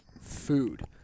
food